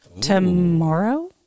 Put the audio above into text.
Tomorrow